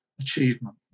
achievement